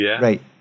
right